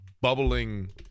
bubbling